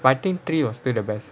I think three was still the best